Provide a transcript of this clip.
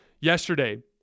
Yesterday